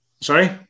Sorry